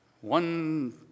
One